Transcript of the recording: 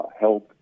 health